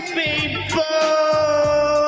people